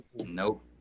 nope